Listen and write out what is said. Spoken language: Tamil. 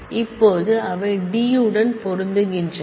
இப்போது அவை டி உடன் பொருந்துகின்றன